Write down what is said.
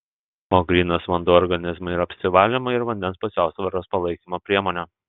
o grynas vanduo organizmui yra apsivalymo ir vandens pusiausvyros palaikymo priemonė